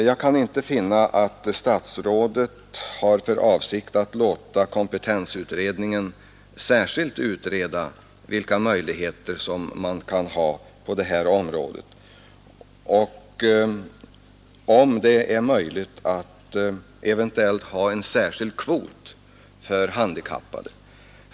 Jag kan inte finna att statsrådet har för avsikt att låta kompetensutredningen särskilt utreda vilka möjligheter man kan ha på det här området och om det eventuellt är möjligt att ha en särskild kvot för handikappade.